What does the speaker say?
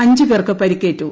അഞ്ച് പേർക്ക് പരിക്കേറ്റു